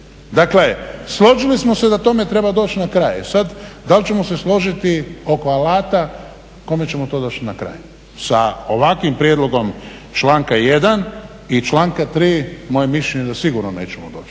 Dakle, složili smo se da tome treba doći na kraj. Sad dal ćemo se složiti oko alata, kome ćemo to doći na kraj. Sa ovakvim prijedlogom članka 1. i članka 3. moje mišljenje je da sigurno nećemo doći